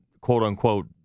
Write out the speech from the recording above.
quote-unquote